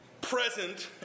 present